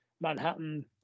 Manhattan